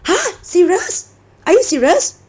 !huh! serious are you serious